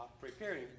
preparing